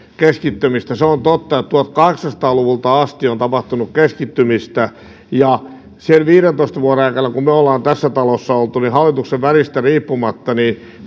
keskittymistä se on totta että tuhatkahdeksansataa luvulta asti on tapahtunut keskittymistä sen viidentoista vuoden aikana kun me olemme tässä talossa olleet hallituksen väristä riippumatta